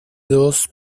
dos